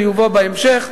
זה יובא בהמשך,